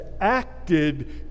acted